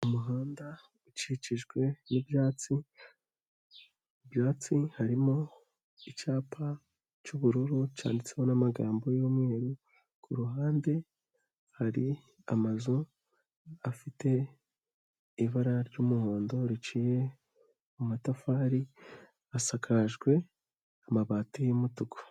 Umuhanda ukikijwe n'ibyatsi, mu byatsi harimo icyapa cy'ubururu cyanditseho n'amagambo y'umweru, ku ruhande hari amazu afite ibara ry'umuhondo riciye mu matafari asakajwe amabati y'umutuku.